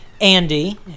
andy